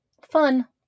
Fun